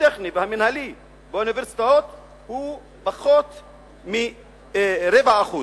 הטכני והמינהלי באוניברסיטאות הם פחות מ-0.25%,